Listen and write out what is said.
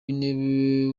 intebe